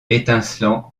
étincelant